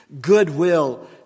goodwill